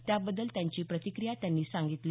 त्याबद्दल त्यांची प्रतिक्रिया त्यांनी सांगितली